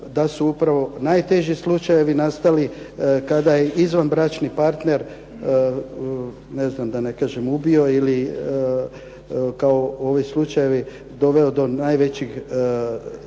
da su upravo najteži slučajevi nastali kada je izvanbračni partner ne znam, da ne kažem ubio ili kao ovi slučajevi doveo da najvećeg nasilja